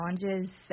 challenges